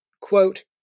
quote